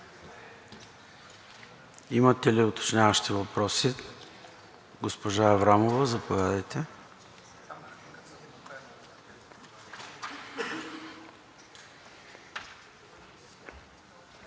Имате ли уточняващи въпроси? Госпожа Аврамова, заповядайте.